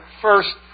first